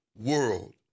world